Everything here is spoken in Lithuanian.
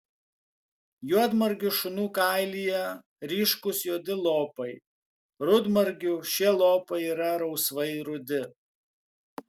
juodmargių šunų kailyje ryškūs juodi lopai rudmargių šie lopai yra rausvai rudi